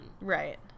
Right